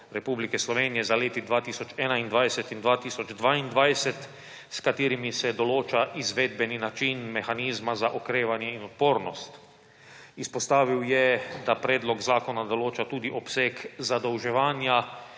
Republike Slovenije za leti 2021 in 2022, s katerimi se določa izvedbeni način mehanizma za okrevanje in odpornost. Izpostavil je, da predlog zakona določa tudi obseg zadolževanja